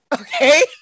okay